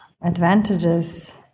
advantages